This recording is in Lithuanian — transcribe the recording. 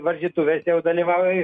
varžytuvės jau dalyvauju